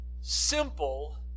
simple